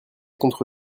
contre